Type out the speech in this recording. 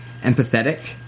empathetic